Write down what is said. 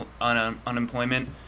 unemployment